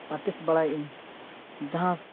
artist ᱵᱟᱲᱟᱭᱮᱜ ᱟᱹᱧ ᱡᱟᱦᱟᱸ